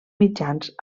mitjans